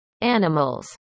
animals